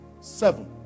seven